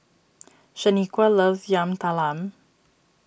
Shaniqua loves Yam Talam